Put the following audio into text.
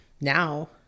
Now